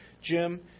Jim